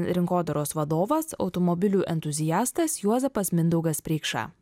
rinkodaros vadovas automobilių entuziastas juozapas mindaugas preikša